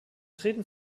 treten